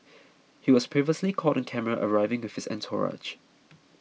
he was previously caught on camera arriving with his entourage